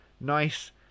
nice